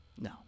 No